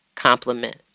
complement